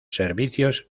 servicios